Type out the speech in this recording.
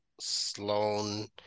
Sloan